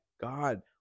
God